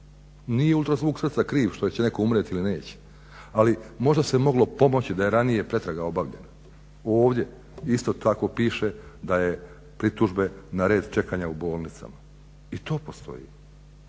Nije ultrazvuk srca kriv što će netko umrijeti ili neće, ali možda se moglo pomoći da je ranije pretraga obavljena. Ovdje isto tako piše da je pritužbe na red čekanja u bolnicama. I to postoji.